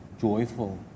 joyful